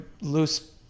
loose